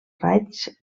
raigs